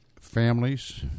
families